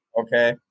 okay